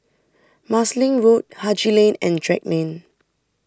Marsiling Road Haji Lane and Drake Lane